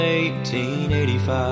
1885